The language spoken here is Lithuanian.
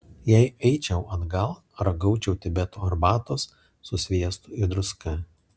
jei eičiau atgal ragaučiau tibeto arbatos su sviestu ir druska